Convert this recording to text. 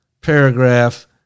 paragraph